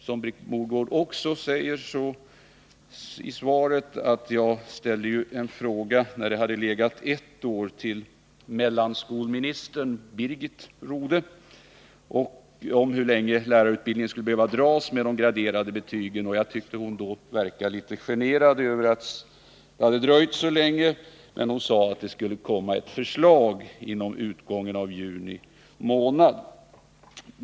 Som Britt Mogård också säger i sitt svar ställde jag när ärendet hade legat ett år efter överlämnandet en fråga till ”mellanskolministern” Birgit Rodhe om hur länge lärarutbildningen skulle behöva dras med de graderade betygen. Jag tyckte då att hon verkade litet generad över att det hade dröjt så länge. Hon sade att det dock skulle komma ett förslag före utgången av juni månad.